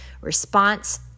response